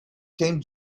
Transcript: came